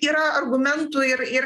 yra argumentų ir ir